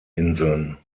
inseln